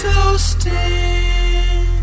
toasting